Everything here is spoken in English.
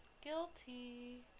Guilty